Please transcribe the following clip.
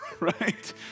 right